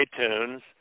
iTunes